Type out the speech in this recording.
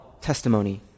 testimony